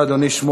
אדוני שר